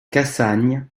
cassagne